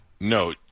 No